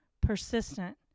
persistent